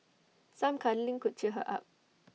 some cuddling could cheer her up